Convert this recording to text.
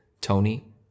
Tony